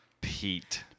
Pete